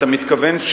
אתה מתכוון,